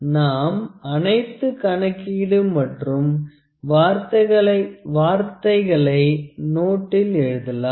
நாம் அனைத்து கணக்கீடு மற்றும் வார்த்தைகளை நோட்டில் எழுதலாம்